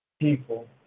people